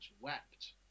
wept